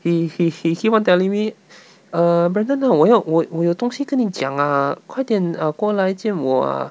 he he he keep on telling me uh brandon ah 我要我我有东西跟你讲啊快点 uh 过来见我啊